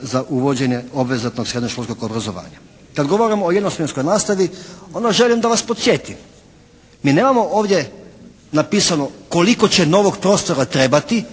za uvođenje obvezatnog srednjoškolskog obrazovanja. Kad govorimo o jednosmjenskog nastavi onda želim da vas podsjetim. Mi nemamo ovdje napisano koliko će novog prostora trebati